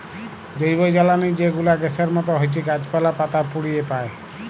জৈবজ্বালালি যে গুলা গ্যাসের মত হছ্যে গাছপালা, পাতা পুড়িয়ে পায়